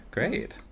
Great